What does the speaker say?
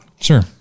Sure